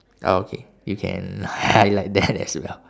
oh okay you can highlight that as well